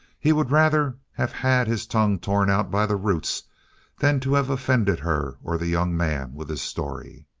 he would rather have had his tongue torn out by the roots than to have offended her or the young man with his story.